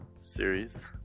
series